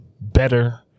better